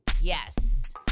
Yes